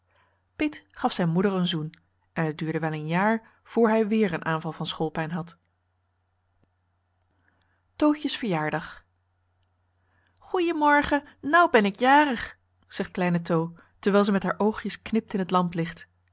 gaf zijn moeder een zoen en het duurde wel een jaar voor hij weer een aanval van schoolpijn had henriette van noorden weet je nog wel van toen tootje's verjaardag oeien morgen nou ben ik jarig zegt kleine to terwijl ze met haar oogjes knipt in het